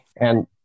And-